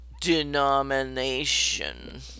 denomination